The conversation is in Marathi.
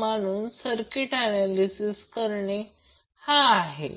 तर यामधून प्रत्यक्षात वाहणारा करंट Ia आहे हा Ia आहे